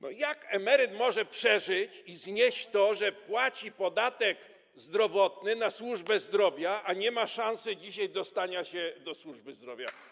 No jak emeryt może przeżyć i znieść to, że płaci podatek zdrowotny na służbę zdrowia, a dzisiaj nie ma szansy dostania się do służby zdrowia?